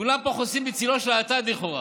כולם פה חוסים בצילו של האטד, לכאורה.